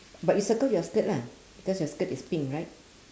but you circle your skirt lah because your skirt is pink right